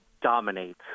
dominate